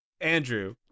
Andrew